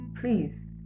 please